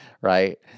Right